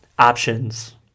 Options